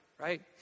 right